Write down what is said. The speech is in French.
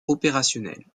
opérationnelle